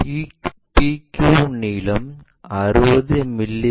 PQ நீளம் 60 மி